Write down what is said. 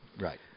Right